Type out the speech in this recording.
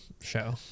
show